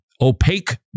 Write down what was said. opaque